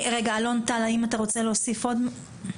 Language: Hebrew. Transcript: רגע, אלון טל, האם אתה רוצה להוסיף עוד משהו?